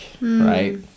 right